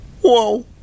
Whoa